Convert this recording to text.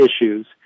issues